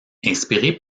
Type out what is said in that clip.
inspiré